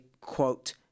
quote